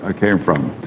ah came from.